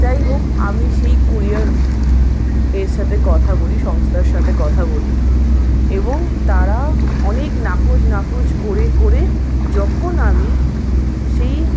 যাইহোক আমি সেই ক্যুরিয়ারের সাথে কথা বলি সংস্থার সাথে কথা বলি এবং তারা অনেক নাকোচ নাকোচ করে করে যখন আমি সেই